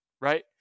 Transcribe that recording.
right